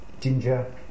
ginger